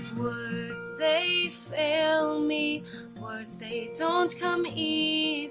they fail me words they don't come easily